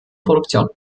produktion